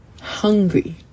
Hungry